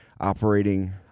operating